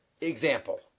example